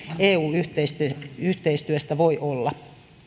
eu yhteistyöstä yhteistyöstä voi olla